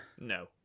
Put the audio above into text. No